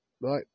right